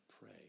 pray